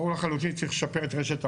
ברור לחלוטין שצריך לשפר את רשת ההולכה.